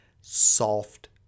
soft